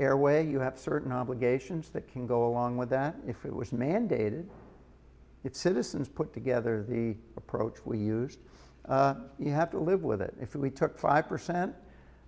airway you have certain obligations that can go along with that if it was mandated its citizens put together the approach we used you have to live with it if we took five percent